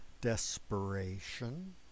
desperation